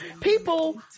People